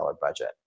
budget